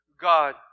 God